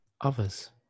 others